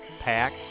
Pack